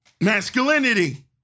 masculinity